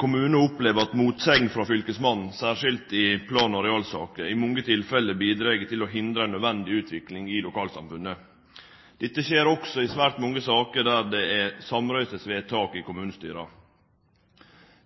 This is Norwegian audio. kommunar opplever at motsegn frå fylkesmannen i mange tilfelle bidreg til å hindre ei nødvendig utvikling i lokalsamfunnet. Dette skjer også i mange saker der det er samrøystes vedtak i kommunestyra.